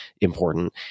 important